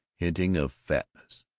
hinting of fatness,